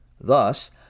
Thus